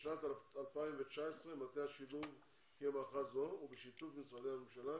בשנת 2019 מטה השילוב קיים הערכה זו בשיתוף משרדי הממשלה